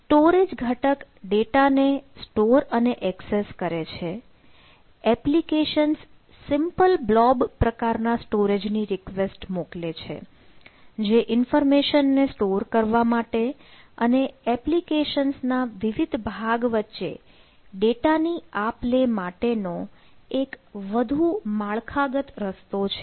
storage ઘટક ડેટાને store અને એક્સેસ કરે છે એપ્લિકેશન્સ સિમ્પલ બ્લોબ પ્રકારના સ્ટોરેજ ની રિક્વેસ્ટ મોકલે છે જે ઇન્ફર્મેશન ને સ્ટોર કરવા માટે અને એપ્લિકેશન્સ ના વિવિધ ભાગ વચ્ચે ડેટાની આપ લે માટે નો એક વધુ માળખાગત રસ્તો છે